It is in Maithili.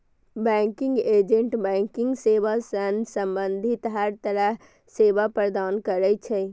बैंकिंग एजेंट बैंकिंग सेवा सं संबंधित हर तरहक सेवा प्रदान करै छै